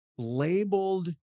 Labeled